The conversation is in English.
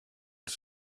its